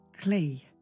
Clay